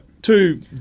Two